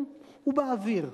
הוא באוויר.